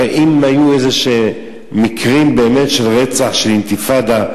הרי אם היו מקרים באמת של רצח, של אינתיפאדה,